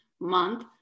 month